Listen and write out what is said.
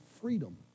freedom